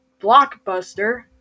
Blockbuster